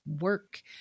work